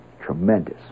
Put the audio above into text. Tremendous